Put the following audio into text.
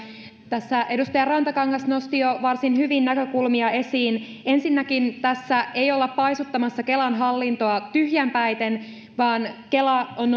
tässä edustaja rantakangas nosti jo varsin hyvin näkökulmia esiin ensinnäkin tässä ei olla paisuttamassa kelan hallintoa tyhjänpäiten vaan kela on